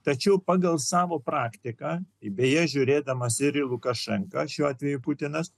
tačiau pagal savo praktiką į beje žiūrėdamas ir į lukašenka šiuo atveju putinas